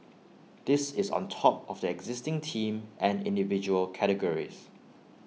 this is on top of the existing team and individual categories